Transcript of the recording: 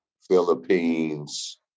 Philippines